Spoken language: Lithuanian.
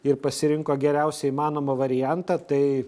ir pasirinko geriausią įmanomą variantą tai